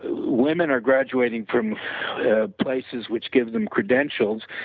women are graduating from places which gives them credentials,